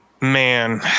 man